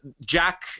Jack